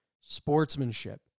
Sportsmanship